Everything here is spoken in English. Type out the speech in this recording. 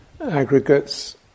aggregates